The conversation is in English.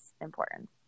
important